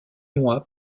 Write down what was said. mois